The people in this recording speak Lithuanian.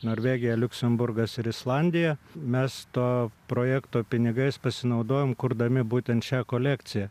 norvegija liuksemburgas ir islandija mes to projekto pinigais pasinaudojom kurdami būtent šią kolekciją